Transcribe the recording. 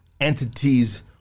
entities